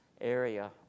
area